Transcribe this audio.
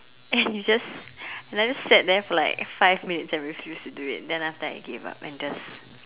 and you just let it set there for like five mintues and refuse to do it then after that I gave up and just